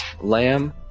lamb